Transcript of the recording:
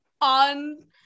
on